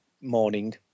morning